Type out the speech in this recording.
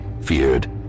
feared